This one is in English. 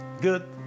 good